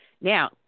Now